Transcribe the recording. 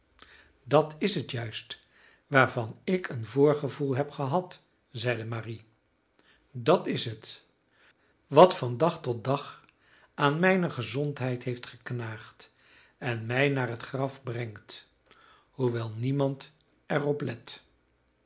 dat is het juist waarvan ik een voorgevoel heb gehad zeide marie dat is het wat van dag tot dag aan mijne gezondheid heeft geknaagd en mij naar het graf brengt hoewel niemand er op let